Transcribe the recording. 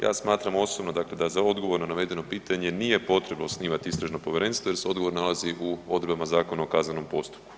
Ja smatram osobno dakle da za odgovor na navedeno pitanje nije potrebno osnovati istražno povjerenstvo jer se odgovor nalazi u odredbama Zakona o kaznenom postupku.